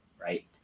Right